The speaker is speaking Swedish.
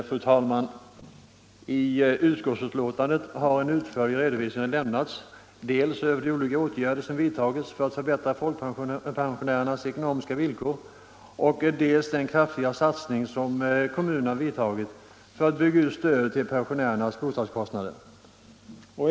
Fru talman! I utskottsbetänkandet har en utförlig redovisning lämnats dels över de olika åtgärder som vidtagits för att förbättra folkpensionärernas ekonomiska villkor, dels om den kraftiga satsning som kommunerna vidtagit för att bygga ut stödet till pensionärernas bostadskostnader.